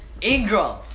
Ingram